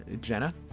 Jenna